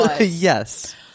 Yes